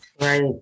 Right